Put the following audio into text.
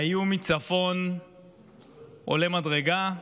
האיום מצפון עולה מדרגה.